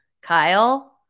Kyle